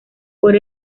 por